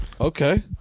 Okay